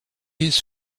his